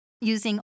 using